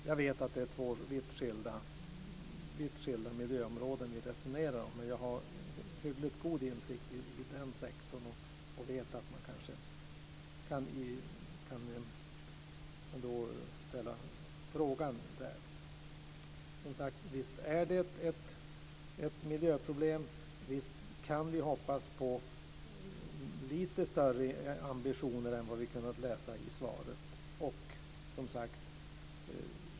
Jag vet att det är två vitt skilda miljöområden som vi resonerar om, men jag har hyggligt god insikt i sektorn och vet att man kanske ändå kan ställa frågan. Som sagt: Visst är detta ett miljöproblem, och visst kan vi hoppas på lite större ambitioner än dem som vi har kunnat läsa om i svaret.